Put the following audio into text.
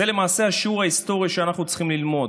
זה למעשה השיעור ההיסטורי שאנחנו צריכים ללמוד.